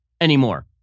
anymore